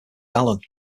allen